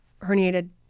herniated